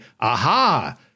aha